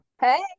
Hey